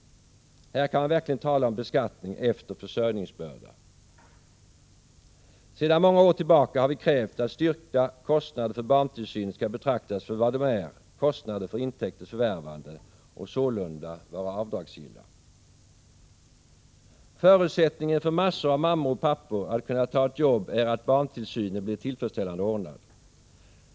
Här kan man verkligen tala om beskattning efter försörjningsbörda. Sedan många år tillbaka har vi krävt att styrkta kostnader för barntillsyn skall betraktas för vad de är — kostnader för inkomsters förvärvande — och sålunda vara avdragsgilla. Förutsättningen för att kunna ta ett jobb är för en mängd mammor och pappor att barntillsynen blir tillfredsställande ordnad.